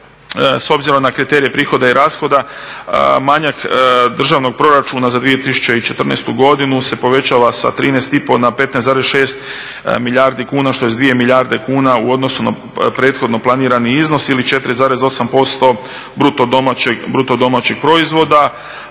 s obzirom na kriterije prihoda i rashoda manjak državnog proračuna za 2014. godinu se povećava sa 13,5 na 15,6 milijardi kuna što je 2 milijarde kuna u odnosu na prethodno planirani iznos ili 4,8% BDP-a, što